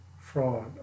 fraud